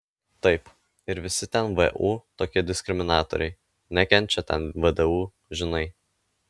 taip ir visi ten vu tokie diskriminatoriai nekenčia ten vdu žinai